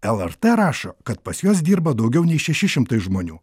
lrt rašo kad pas juos dirba daugiau nei šeši šimtai žmonių